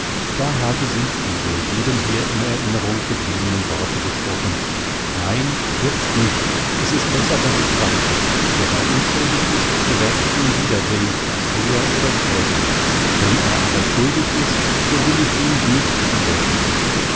da habe sie die wohl jedem hier in der erinnerung gebliebenen worte gesprochen nein nicht jetzt es ist besser daß ich warte wenn er unschuldig ist so werd ich ihn wiedersehn früher oder später wenn er aber schuldig ist so will ich ihn nicht wiedersehn